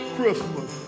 Christmas